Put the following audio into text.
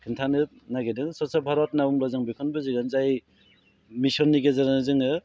खिनथानो नागिरदों स्वच्च भारत होननानै बुङोब्ला जों बेखौनो बुजिगोन जाय मिशननि गेजेरजों जोङो